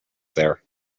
there